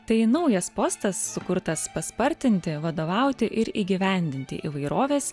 tai naujas postas sukurtas paspartinti vadovauti ir įgyvendinti įvairovės